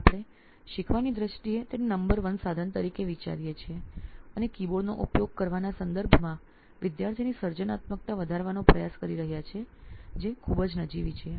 આપણે શીખવા ની દ્રષ્ટિએ તેને નંબર વન સાધન તરીકે વિચારીએ છીએ અને કીબોર્ડનો ઉપયોગ કરવાના સંદર્ભમાં વિદ્યાર્થીની સર્જનાત્મકતા વધારવાનો પ્રયાસ કરી રહ્યા છીએ જે ખૂબ જ નજીવી છે